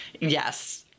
Yes